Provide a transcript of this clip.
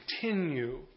continue